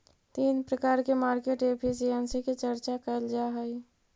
तीन प्रकार के मार्केट एफिशिएंसी के चर्चा कैल जा हई